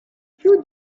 più